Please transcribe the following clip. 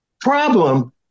problem